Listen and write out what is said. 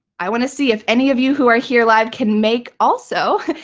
i want to see if any of you who are here live can make also.